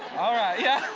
all right, yeah.